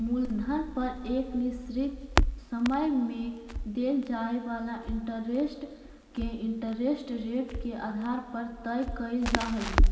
मूलधन पर एक निश्चित समय में देल जाए वाला इंटरेस्ट के इंटरेस्ट रेट के आधार पर तय कईल जा हई